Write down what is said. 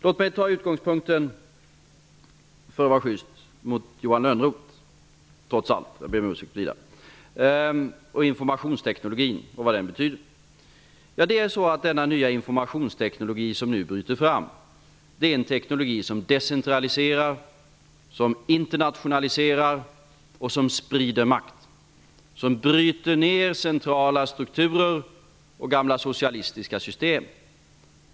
Låt mig som utgångspunkt -- för att vara schyst mot Johan Lönnroth -- ta informationsteknologin och vad den betyder. Jag ber Widar Andersson om ursäkt. Den nya informationsteknologi som nu bryter fram är en teknologi som decentraliserar, internationaliserar och sprider makt. Den bryter ner centrala strukturer och gamla socialistiska system.